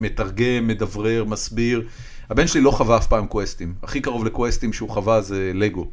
מתרגם, מדברר, מסביר. הבן שלי לא חווה אף פעם קווסטים. הכי קרוב לקווסטים שהוא חווה זה לגו.